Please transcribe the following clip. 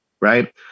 right